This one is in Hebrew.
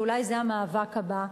ואולי זה המאבק הבא,